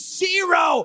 zero